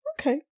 okay